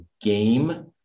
game